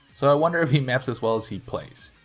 so i wonder if he maps as well as he plays?